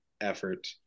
effort